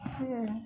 ya